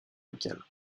local